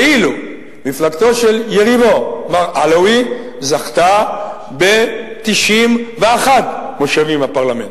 ואילו מפלגתו של יריבו מר עלאווי זכתה ב-91 מושבים בפרלמנט.